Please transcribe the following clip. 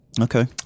Okay